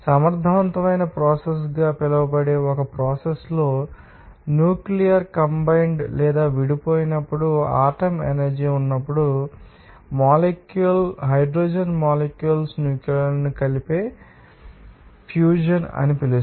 సమర్థవంతమైన ప్రోసెస్ గా పిలువబడే ఒక ప్రోసెస్ లో న్యూక్లియర్ కంబైన్డ్ లేదా విడిపోయినప్పుడు మరియు ఆటమ్ ఎనర్జీ ఉన్నప్పుడు హైడ్రోజన్ మొలిక్యూల్స్ నూక్లిస్ లను కలిపే సూర్యుడు మీకు ఫ్యూజన్ అని పిలుస్తారు